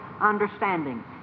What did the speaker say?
understanding